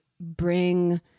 bring